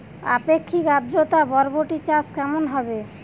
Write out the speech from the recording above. আপেক্ষিক আদ্রতা বরবটি চাষ কেমন হবে?